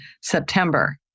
September